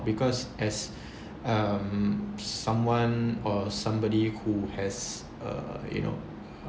because as um someone or somebody who has uh you know